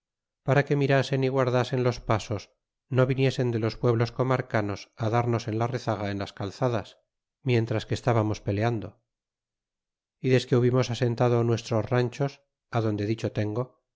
para que mirasen y guardasen los pasos no viniesen de los pueblos comarcanos darnos en la rezaga en las calzadas miéntras que estábamos peleando y desque hubimos asentado nuestros ranchos adonde dicho tengo